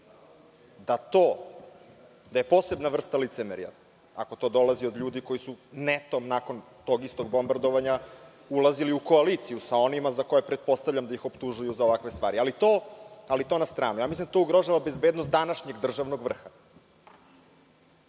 To je posebna je vrsta licemerja, a to dolazi od ljudi koji su nakon tog istog bombardovanja ulazili u koaliciju sa onima za koje pretpostavljam da ih optužuju za ovakve stvari. To na stranu. Mislim da to ugrožava bezbednost današnjeg državnog vrha